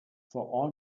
for